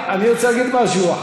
אני רוצה להגיד משהו.